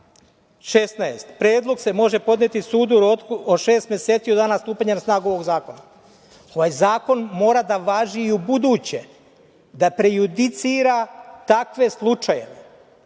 16. Predlog se može podneti sudu u roku od šest meseci od dana stupanja na snagu ovog zakona. Ovaj zakon mora da važi i ubuduće, da prejudicira takve slučajeve.